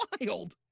wild